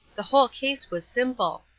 the whole case was simple.